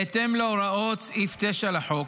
בהתאם להוראות סעיף 9 לחוק,